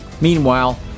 meanwhile